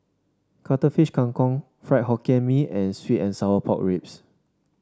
Cuttlefish Kang Kong Fried Hokkien Mee and sweet and Sour Pork Ribs